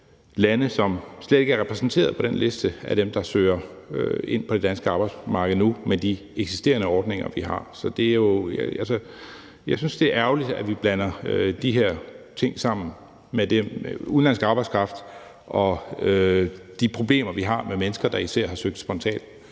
lande, som slet ikke er repræsenteret på den liste af dem, der søger ind på det danske arbejdsmarked nu med de eksisterende ordninger, vi har. Så jeg synes, det er ærgerligt, at vi blander de her ting sammen, nemlig udenlandsk arbejdskraft og de problemer, vi har med mennesker, der især har søgt spontant